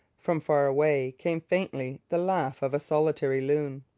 from far away came faintly the laugh of a solitary loon.